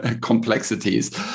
complexities